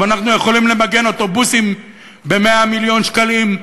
אם אנחנו יכולים למגן אוטובוסים ב-100 מיליון שקלים,